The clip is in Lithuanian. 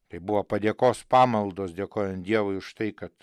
tai buvo padėkos pamaldos dėkojant dievui už tai kad